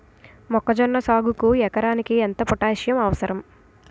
మొక్కజొన్న సాగుకు ఎకరానికి ఎంత పోటాస్సియం అవసరం?